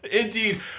Indeed